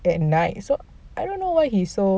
at night so I don't know why he so